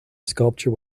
sculpture